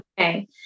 Okay